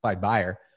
buyer